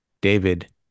David